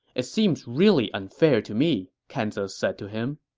it seems really unfair to me, kan ze said to him.